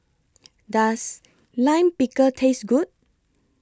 Does Lime Pickle Taste Good